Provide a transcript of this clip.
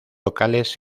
locales